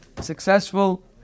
successful